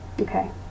Okay